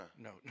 No